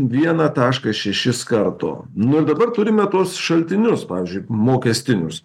vieną taškas šešis karto nu ir dabar turime tuos šaltinius pavyzdžiui mokestinius